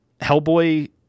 Hellboy